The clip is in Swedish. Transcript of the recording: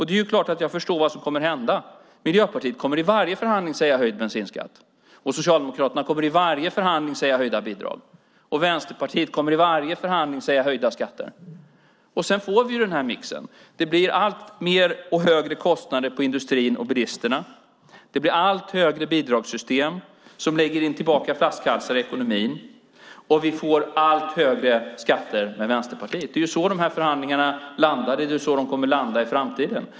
Det är klart att jag förstår vad som kommer att hända. Miljöpartiet kommer i varje förhandling säga: Höjd bensinskatt! Och Socialdemokraterna kommer i varje förhandling säga: Höjda bidrag! Och Vänsterpartiet kommer i varje förhandling säga: Höjda skatter! Sedan får vi den här mixen. Det blir alltmer och högre kostnader på industrin och bilisterna. Det blir ökande bidragssystem som lägger tillbaka flaskhalsar i ekonomin, och vi får allt högre skatter med Vänsterpartiet. Det var ju så de här förhandlingarna landade, och det är så de kommer att landa i framtiden.